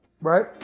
right